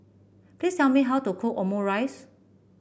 please tell me how to cook Omurice